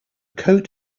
coat